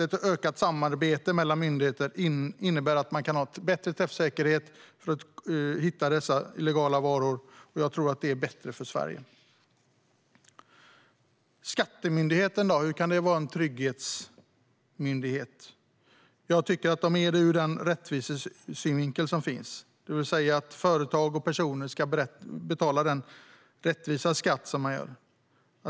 Ett ökat samarbete mellan myndigheter innebär att man kan ha bättre träffsäkerhet för att hitta dessa illegala varor, och det är bättre för Sverige. Hur kan Skatteverket vara en trygghetsmyndighet? Det är det ur rättvisesynvinkel. Företag och personer ska betala den rättvisa skatt de ska betala.